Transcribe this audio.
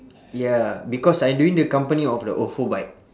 ya because I doing the company of the ofo bike